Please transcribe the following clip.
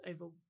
over